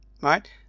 Right